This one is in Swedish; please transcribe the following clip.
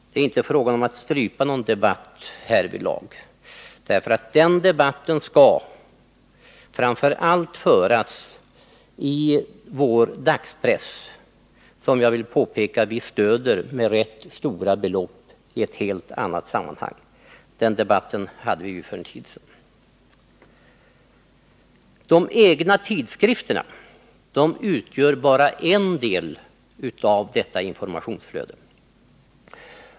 Det är inte fråga om att strypa någon debatt härvidlag. Debatten skall framför allt föras i vår dagspress, som vi stöder — det vill jag påpeka — med rätt stora belopp i ett helt annat sammanhang. Debatten om detta hade vi ju för en tid sedan. De egna tidskrifterna utgör bara en del av detta informationsflöde.